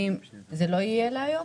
הפנייה הזאת לא תהיה היום?